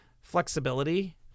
Flexibility